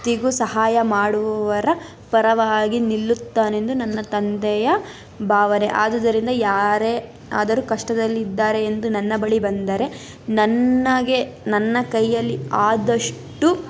ಸಹಾಯ ಮಾಡುವವರ ಪರವಾಗಿ ನಿಲ್ಲುತ್ತಾನೆಂದು ನನ್ನ ತಂದೆಯ ಭಾವನೆ ಆದುದರಿಂದ ಯಾರೇ ಆದರೂ ಕಷ್ಟದಲ್ಲಿದ್ದಾರೆ ಎಂದು ನನ್ನ ಬಳಿ ಬಂದರೆ ನನಗೆ ನನ್ನ ಕೈಯಲ್ಲಿ ಆದಷ್ಟು